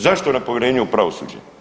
Zašto nepovjerenje u pravosuđe?